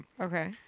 okay